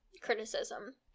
criticism